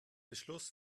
beschluss